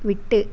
விட்டு